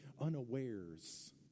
unawares